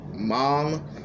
mom